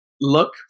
look